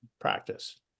practice